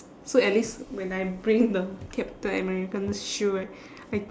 so at least when I bring the captain american's shield right I